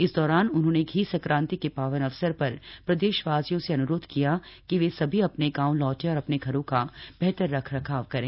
इस दौरान उन्होंने घी संक्रांति के पावन अवसर पर प्रदेशवासियों से अनुरोध किया कि वे सभी अपने गाँव लौटें और अपने घरों का बेहतर रख रखाव करें